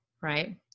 right